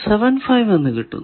75 എന്ന് കിട്ടുന്നു